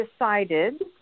decided